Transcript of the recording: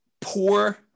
Poor